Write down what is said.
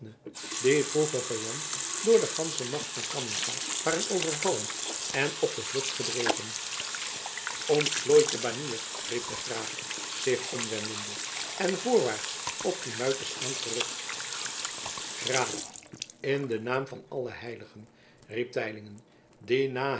die vroeger geland door de gansche macht van cammingha waren overvallen en op de vlucht gedreven ontplooit de banier riep de graaf zich omwendende en voorwaarts op die muiters aangerukt graaf in den naam van alle heiligen riep teylingen